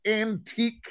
antique